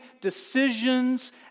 decisions